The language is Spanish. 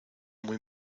muy